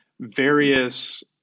various